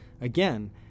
again